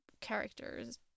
characters